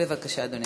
בבקשה, אדוני.